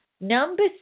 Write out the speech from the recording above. Number